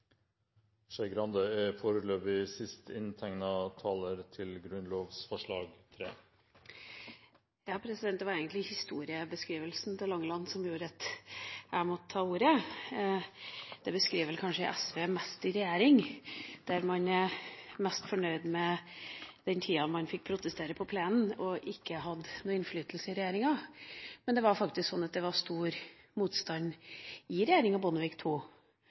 Det var egentlig historiebeskrivelsen til representanten Langeland som gjorde at jeg måtte ta ordet. Den beskriver kanskje mest SV i regjering, at man er mest fornøyd med den tida man fikk protestere på plenen og ikke hadde noen innflytelse i regjeringa. Men det var faktisk slik at det var stor motstand i regjeringa Bondevik II